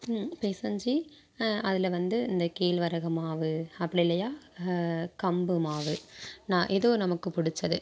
பெசஞ்சு அதில் வந்து இந்த கேழ்வரகு மாவு அப்படி இல்லையா கம்பு மாவு நா ஏதோ நமக்கு பிடிச்சது